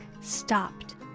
stopped